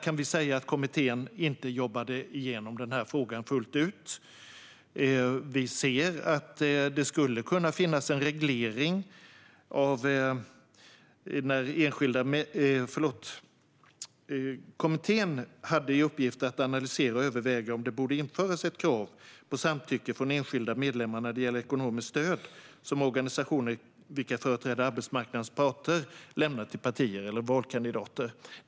Kommittén jobbade inte igenom den frågan fullt ut. Den hade i uppgift att överväga och analysera om det borde införas ett krav på samtycke från enskilda medlemmar när det gäller ekonomiskt stöd som organisationer som företräder arbetsmarknadens parter lämnar till partier eller valkandidater.